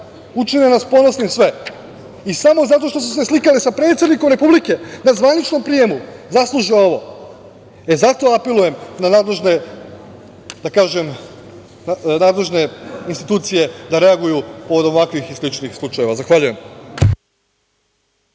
učine nas sve ponosnim i samo zato što su slikale sa predsednikom Republike na zvaničnom prijemu zasluže ovo.E, zato apelujem na nadležne institucije da reaguju kod ovakvih i sličnih slučajeva. Zahvaljujem.